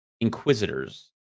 Inquisitors